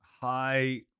high